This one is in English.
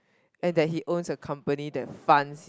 and that he owns a company that fund